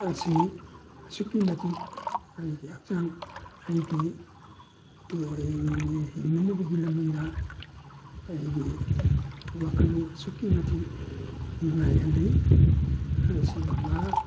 ꯑꯁꯤ ꯑꯁꯨꯛꯀꯤ ꯃꯇꯤꯛ ꯑꯩꯒꯤ ꯍꯛꯆꯥꯡ ꯑꯩꯒꯤ ꯍꯤꯡꯅꯕꯒꯤ ꯂꯝꯕꯤꯗ ꯑꯩꯒꯤ ꯋꯥꯈꯜ ꯑꯁꯨꯛꯀꯤ ꯃꯇꯤꯛ ꯅꯨꯡꯉꯥꯏꯍꯜꯂꯤ ꯑꯁꯤꯒꯨꯝꯕ